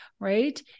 Right